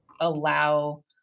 allow